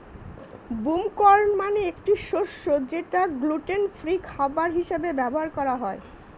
broom corn মানে একটি শস্য যেটা গ্লুটেন ফ্রি খাবার হিসেবে ব্যবহার হয়